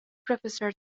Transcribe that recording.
profesor